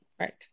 right